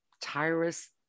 Tyrus